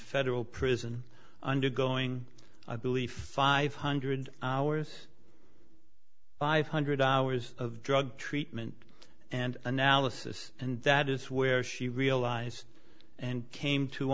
federal prison undergoing i believe five hundred hours five hundred hours of drug treatment and analysis and that is where she realized and came to